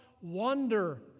wonder